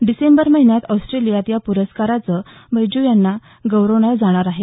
डिसेंबर महिन्यात ऑस्ट्रेलियात या पुरस्कारानं बैजू यांना गौरवलं जाणार आहे